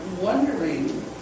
wondering